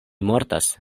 mortas